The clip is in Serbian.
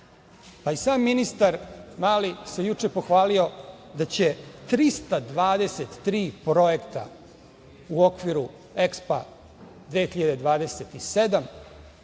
Sam ministar Mali se juče pohvalio da će 323 projekta u okviru EKPS 2027